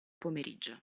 pomeriggio